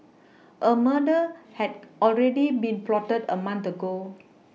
a murder had already been plotted a month ago